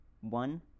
one